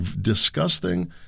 Disgusting